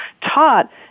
taught